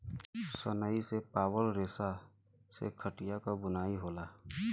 सनई से पावल रेसा से खटिया क बुनाई होला